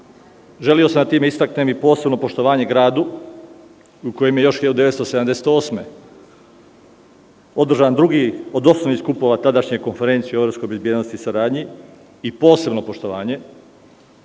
Želeo sam time da istaknem posebno poštovanje gradu u kojem je još od 1978. godine održan drugi od osnovnih skupova tadašnje konferencije o evropskoj bezbednosti i saradnji i posebno poštovanje